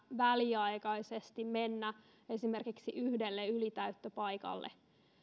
väliaikaisesti mennä esimerkiksi yhdelle ylitäyttöpaikalle